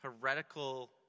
heretical